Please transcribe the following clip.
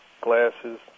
glasses